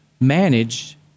manage